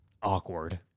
Awkward